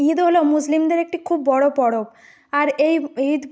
ঈদ হলো মুসলিমদের একটি খুব বড়ো পরব আর এই ঈদ